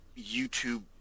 YouTube